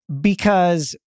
Because-